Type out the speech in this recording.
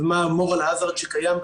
ומה ה-Moral Hazard שקיים.